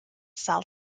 cell